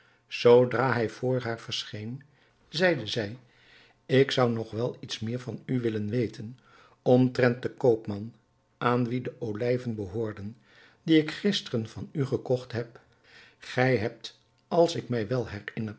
zoodra hij voor haar verscheen zeide zij ik zou nog wel iets meer van u willen weten omtrent den koopman aan wien de olijven behoorden die ik gisteren van u gekocht heb gij hebt als ik mij wel herinner